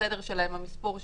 הסדר שלהן והמספור שלהן,